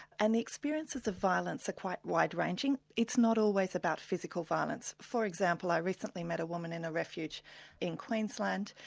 and the experiences of violence are quite wide-ranging. it's not always about physical violence. for example, i recently met a woman in a refuge in queensland.